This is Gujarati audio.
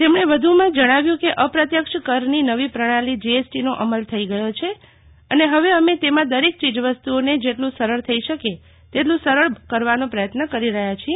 તેમણે વધુમાં જણાવ્યું કે અપ્રત્યક્ષ કરની નવી પ્રણાલી જીએસટીનો અમલ થઈ ગયો છે અને ફવે અમે તેમાં દરેક ચીજવસ્તુઓને જેટલું સરળ થઈ શકે તેટલું સરળ કરવાનો પ્રયત્ન કરી રહ્યા છીએ